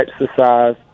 exercise